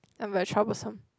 I'm like troublesome